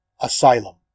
Asylum